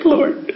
Lord